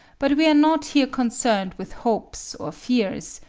but we are not here concerned with hopes or fears,